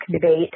debate